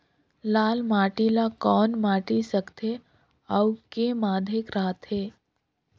लाल माटी ला कौन माटी सकथे अउ के माधेक राथे?